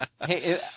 Hey